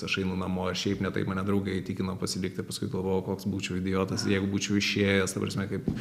aš einu namo ir šiaip ne taip mane draugai įtikino pasilikt ir paskui galvojau koks būčiau idiotas jeigu būčiau išėjęs ta prasme kaip